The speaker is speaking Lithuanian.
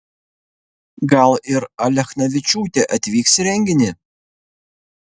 gal ir alechnavičiūtė atvyks į renginį